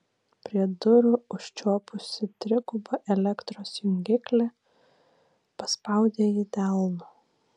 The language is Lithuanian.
prie durų užčiuopusi trigubą elektros jungiklį paspaudė jį delnu